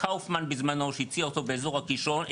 קאופמן בזמנו שהציע אותו באזור הקישון.